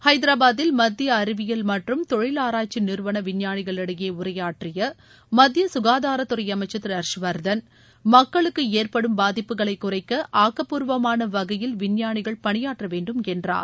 ஹைதராபாத்தில் மத்திய அறிவியல் மற்றும் தொழில் ஆராய்ச்சி நிறுவன விஞ்ஞானிகளிடையே உரையாற்றிய மத்திய சுகாதாரத்துறை அமைச்சர் திரு ஹர்ஷ்வர்தன் மக்களுக்கு ஏற்படும் பாதிப்புகளைக் குறைக்க ஆக்கப்பூர்வமான வகையில் விஞ்ஞானிகள் பணியாற்ற வேண்டும் என்றார்